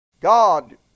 God